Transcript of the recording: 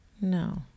no